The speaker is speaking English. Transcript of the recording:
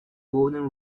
golden